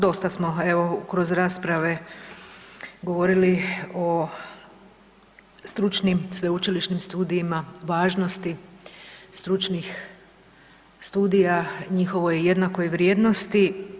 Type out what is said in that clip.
Dosta smo evo kroz rasprave govorili o stručnim sveučilišnim studijima, važnosti stručnih studija, njihovoj jednakoj vrijednosti.